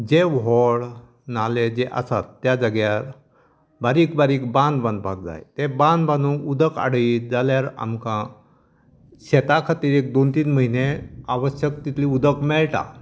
जे व्हड नालें जे आसात त्या जाग्यार बारीक बारीक बांद बांदपाक जाय ते बांद बांदून उदक आडयत जाल्यार आमकां शेतां खातीर दोन तीन म्हयने आवश्यक तितलें उदक मेळटा